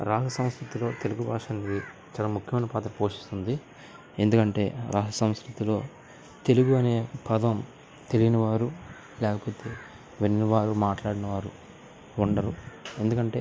రాష్ట్ర సంస్కృతిలో తెలుగు భాష అన్నది చాలా ముఖ్యమైన పాత్ర పోషిస్తుంది ఎందుకంటే రాష్ట్ర సంస్కృతిలో తెలుగు అనే పదం తెలియని వారు లేకపోతే విన్నవారు మాట్లాడని వారు ఉండరు ఎందుకంటే